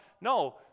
No